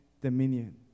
dominion